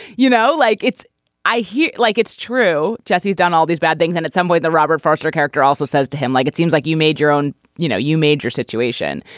you know like it's i hear like it's true jesse's done all these bad things and in some way the robert foster character also says to him like it seems like you made your own you know you made your situation.